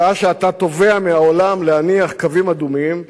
בשעה שאתה תובע מהעולם להניח קווים אדומים,